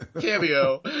Cameo